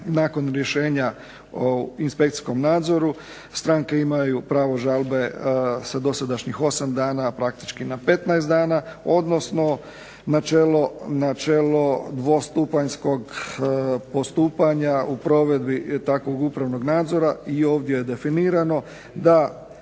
nakon rješenja o inspekcijskom nadzoru stranke imaju pravo žalbe sa dosadašnjih 8 dana praktički na 15 dana, odnosno načelo dvostupanjskog postupanja u provedbi takvog upravnog nadzora. I ovdje je definirano da